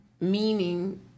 meaning